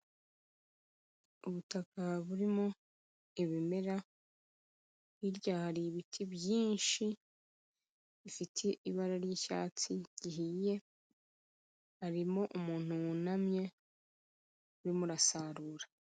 Ubutaka burimo ibimera, hirya hari ibiti byinshi, bifite ibara ry'icyatsi gihiye, harimo umuntu wunamye, urimo urasarura.